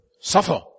suffer